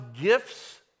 gifts